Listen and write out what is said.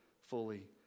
fully